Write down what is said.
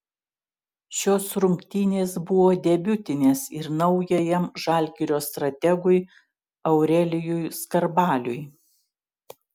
šios rungtynės buvo debiutinės ir naujajam žalgirio strategui aurelijui skarbaliui